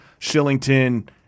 Shillington